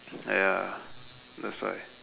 ya that's why